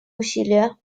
усилия